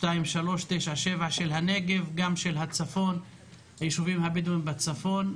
2397 הישובים הבדואיים בצפון,